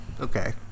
Okay